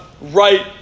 right